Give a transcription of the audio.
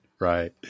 right